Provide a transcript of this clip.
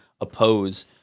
oppose